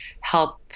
help